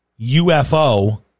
UFO